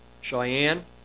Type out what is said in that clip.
Cheyenne